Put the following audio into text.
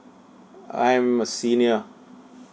I'm a senior